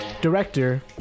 Director